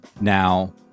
Now